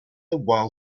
while